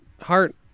heart